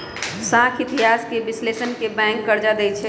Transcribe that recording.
साख इतिहास के विश्लेषण क के बैंक कर्जा देँई छै